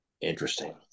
Interesting